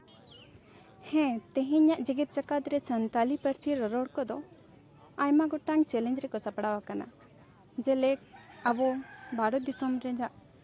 ᱦᱮᱸ ᱛᱮᱦᱮᱧᱟᱜ ᱡᱮᱜᱮᱫ ᱡᱟᱠᱟᱫ ᱨᱮ ᱥᱟᱱᱛᱟᱲᱤ ᱯᱟᱹᱨᱥᱤ ᱨᱚᱨᱚᱲ ᱠᱚᱫᱚ ᱟᱭᱢᱟ ᱜᱚᱴᱟᱝ ᱪᱮᱞᱮᱧᱡᱽ ᱨᱮᱠᱚ ᱥᱟᱯᱲᱟᱣ ᱟᱠᱟᱱᱟ ᱡᱮᱞᱮᱠ ᱟᱵᱚ ᱵᱷᱟᱨᱚᱛ ᱫᱤᱥᱚᱢ ᱨᱮᱭᱟᱜ